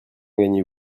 gagnez